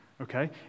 okay